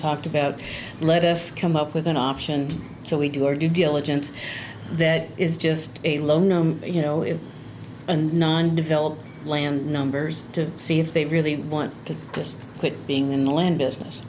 talked about let us come up with an option so we do our due diligence that is just a loan you know it and develop land numbers to see if they really want to quit being in the land business